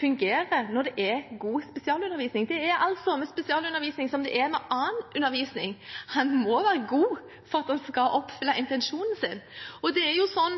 Det er altså med spesialundervisning som det er med annen undervisning – den må være god for at den skal oppfylle intensjonen sin. Og det er sånn